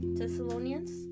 Thessalonians